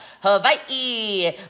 Hawaii